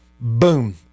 boom